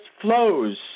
flows